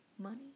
money